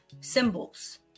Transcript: symbols